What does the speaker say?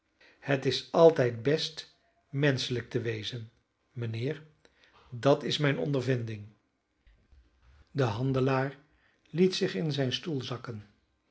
het is altijd best menschelijk te wezen mijnheer dat is mijne ondervinding de handelaar liet zich in zijn stoel zakken